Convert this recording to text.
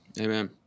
Amen